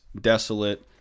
desolate